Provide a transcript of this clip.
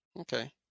Okay